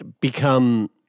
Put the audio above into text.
become